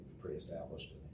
pre-established